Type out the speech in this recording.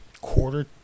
quarter